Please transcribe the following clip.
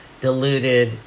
diluted